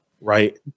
right